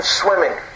swimming